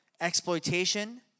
exploitation